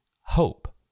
hope